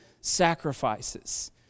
sacrifices